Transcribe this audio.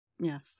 Yes